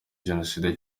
jenoside